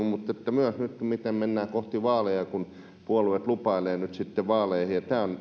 mutta myös siitä miten mennään kohti vaaleja kun puolueet nyt sitten lupailevat vaaleihin tämä on